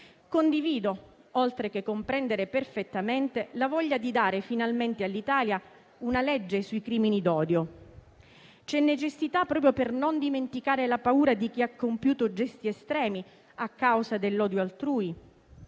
Condivido, oltre che comprendere perfettamente, la voglia di dare finalmente all'Italia una legge sui crimini d'odio. Ce n'è necessità, proprio per non dimenticare la paura di chi ha compiuto gesti estremi a causa dell'odio altrui,